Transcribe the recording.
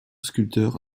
sculpteur